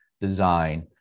design